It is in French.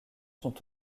sont